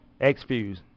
X-Fuse